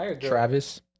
Travis